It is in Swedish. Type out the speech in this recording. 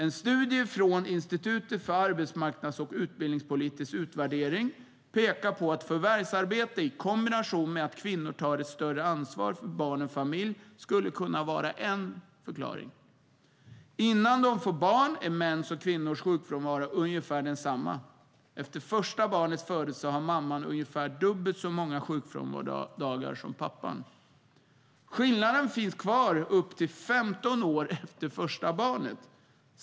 En studie från Institutet för arbetsmarknads och utbildningspolitisk utvärdering pekar på att förvärvsarbete i kombination med att kvinnor tar ett större ansvar för barn och familj skulle kunna vara en förklaring. Innan de får barn är mäns och kvinnors sjukfrånvaro ungefär densamma. Efter första barnets födelse har mamman ungefär dubbelt så många sjukfrånvarodagar som pappan. Skillnaden finns kvar upp till 15 år efter första barnet.